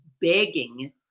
begging